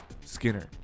Skinner